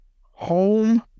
home